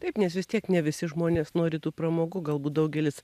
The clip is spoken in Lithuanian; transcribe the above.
taip nes vis tiek ne visi žmonės nori tų pramogų galbūt daugelis